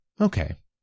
Okay